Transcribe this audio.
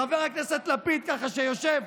חבר הכנסת לפיד, שיושב,